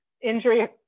injury